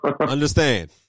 understand